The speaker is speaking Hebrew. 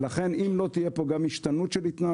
לכן, אם לא תהיה פה גם השתנות של התנהגות,